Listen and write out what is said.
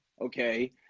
okay